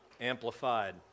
amplified